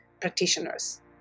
practitioners